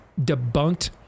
debunked